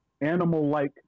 animal-like